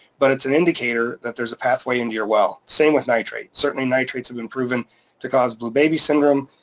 but it's an indicator that there's a pathway into your well, same with nitrate. certainly nitrates have been proven to cause blue baby syndrome.